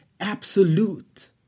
absolute